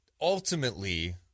ultimately